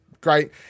great